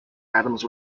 adams